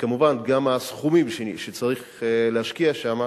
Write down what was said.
וכמובן גם הסכומים שצריך להשקיע שם,